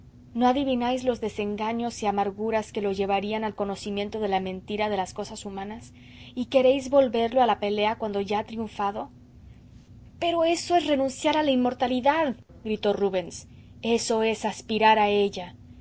no adivináis los desengaños y amarguras que lo llevarían al conocimiento de la mentira de las cosas humanas y queréis volverlo a la pelea cuando ya ha triunfado pero eso es renunciar a la inmortalidad gritó rubens eso es aspirar a ella